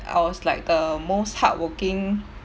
I was like the most hardworking